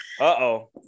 uh-oh